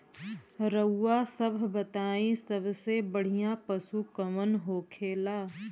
रउआ सभ बताई सबसे बढ़ियां पशु कवन होखेला?